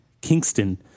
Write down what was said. Kingston